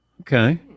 Okay